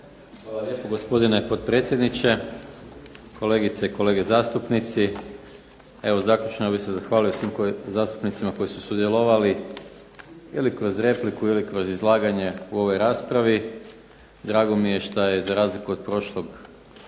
Hvala lijepo gospodine potpredsjedniče, kolegice i kolege zastupnici. Evo zaključno bih se zahvalio svim zastupnicima koji su sudjelovali ili kroz repliku ili kroz izlaganje u ovoj raspravi. Drago mi je što je za razliku od prošle točke